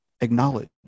acknowledge